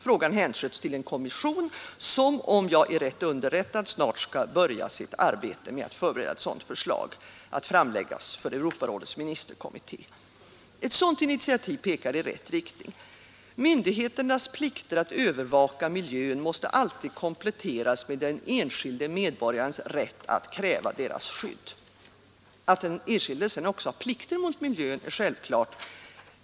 Frågan hänsköts till en kommission som, om jag är rätt underrättad, snart skall börja sitt arbete med att förbereda ett sådant förslag att framläggas för Europarådets ministerkommitté. Ett sådant initiativ pekar i rätt riktning. Myndigheternas plikter att övervaka miljön måste alltid kompletteras med den enskilde medborgarens rätt att kräva dessa plikters skydd. Att den enskilde sedan också har plikter mot miljön är självklart.